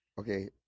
Okay